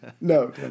No